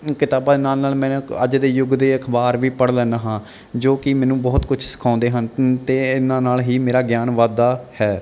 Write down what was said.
ਕਿਤਾਬਾਂ ਦੇ ਨਾਲ ਨਾਲ ਮੈਂ ਅੱਜ ਦੇ ਯੁੱਗ ਦੇ ਅਖਬਾਰ ਵੀ ਪੜ੍ਹ ਲੈਂਦਾ ਹਾਂ ਜੋ ਕਿ ਮੈਨੂੰ ਬਹੁਤ ਕੁਛ ਸਿਖਾਉਂਦੇ ਹਨ ਅਤੇ ਇਨ੍ਹਾਂ ਨਾਲ ਹੀ ਮੇਰਾ ਗਿਆਨ ਵੱਧਦਾ ਹੈ